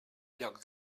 lloc